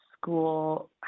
school